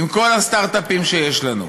עם כל הסטרטאפים שיש לנו.